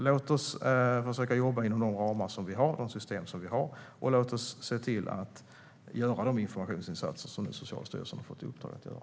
Låt oss jobba inom de ramar som finns, och låt Socialstyrelsen göra de informationsinsatser som man har fått i uppdrag att göra.